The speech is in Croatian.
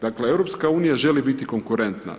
Dakle, EU želi biti konkurentna.